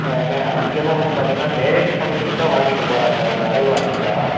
ஆ ma'am அதிகமாக வந்து பார்த்தீங்கன்னா மேரேஜ் பங்க்ஷன்ஸுக்கு தான் வாங்கிட்டு போகறாங்க அந்த அருண் ஆச்சி தான்